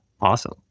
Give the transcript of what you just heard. awesome